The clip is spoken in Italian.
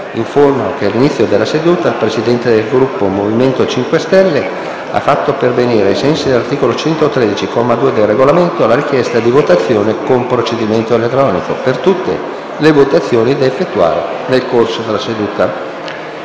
che all'inizio della seduta il Presidente del Gruppo MoVimento 5 Stelle ha fatto pervenire, ai sensi dell'articolo 113, comma 2, del Regolamento, la richiesta di votazione con procedimento elettronico per tutte le votazioni da effettuare nel corso della seduta.